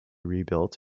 rebuilt